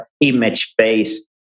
image-based